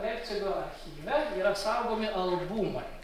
leipcigo archyve yra saugomi albumai